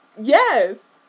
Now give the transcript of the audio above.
yes